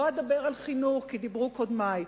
לא אדבר על חינוך, כי דיברו קודמי.